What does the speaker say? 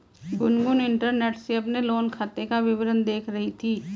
Gungun internet से अपने loan खाते का विवरण देख रही थी